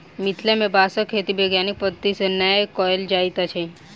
मिथिला मे बाँसक खेती वैज्ञानिक पद्धति सॅ नै कयल जाइत अछि